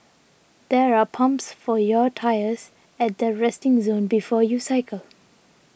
there are pumps for your tyres at the resting zone before you cycle